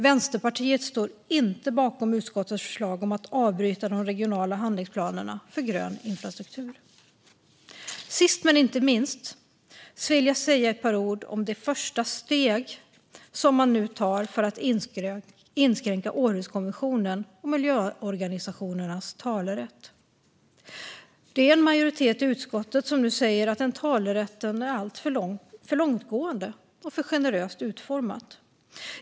Vänsterpartiet står inte bakom utskottets förslag att avbryta de regionala handlingsplanerna för grön infrastruktur. Sist men inte minst vill jag säga ett par ord om det första steg som man nu tar för att inskränka Århuskonventionen och miljöorganisationernas talerätt. En majoritet i utskottet säger nu att den talerätten är alltför långtgående och för generöst utformad.